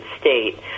state